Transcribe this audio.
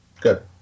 Good